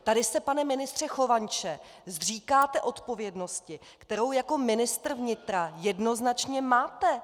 Tady se, pane ministře Chovanče, zříkáte odpovědnosti, kterou jako ministr vnitra jednoznačně máte!